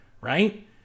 right